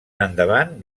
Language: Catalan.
endavant